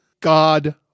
God